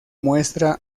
muestra